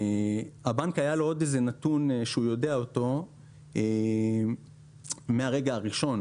לבנק היה עוד איזה נתון שהוא יודע אותו מהרגע הראשון,